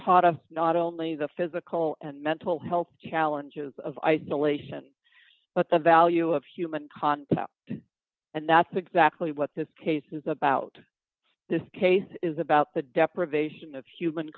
taught us not only the physical and mental health challenges of isolation but the value of human contact and that's exactly what this case is about this case is about the deprivation of human